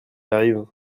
arrive